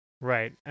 Right